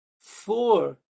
Four